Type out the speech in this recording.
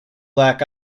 lack